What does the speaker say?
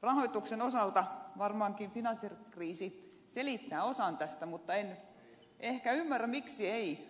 rahoituksen osalta varmaankin finanssikriisi selittää osan tästä mutta en ehkä ymmärrä miksi ei